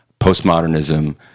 postmodernism